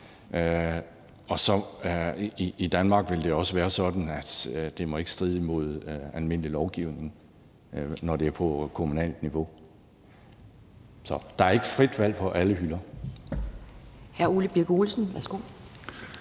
sådan, at det ikke må stride imod almindelig lovgivning, når det er på kommunalt niveau. Så der er ikke frit valg på alle hylder.